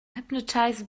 hypnotized